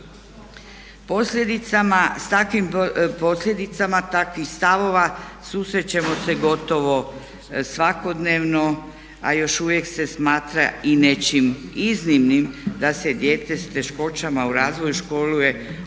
S takvim posljedicama takvih stavova susrećemo se gotovo svakodnevno, a još uvijek se smatra i nečim iznimnim da se dijete s teškoćama u razvoju školuje u